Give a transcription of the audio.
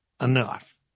enough